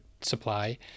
supply